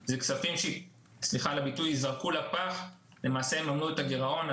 זה כספים שייזרקו לפח, למעשה יממנו את הגירעון.